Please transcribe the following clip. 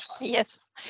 Yes